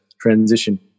transition